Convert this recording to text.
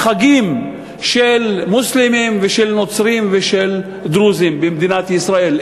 בחגים של מוסלמים, נוצרים ודרוזים במדינת ישראל.